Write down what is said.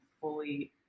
fully